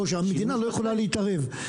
או שהמדינה לא יכולה להתערב.